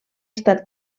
estat